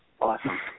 Awesome